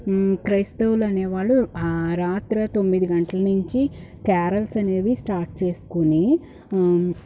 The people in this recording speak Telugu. క్రైస్తవులనే వాళ్ళు రాత్ర తొమ్మిది గంటల నుంచి క్యారల్స్ అనేది స్టార్ట్ చేస్కొని